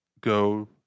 Go